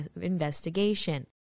investigation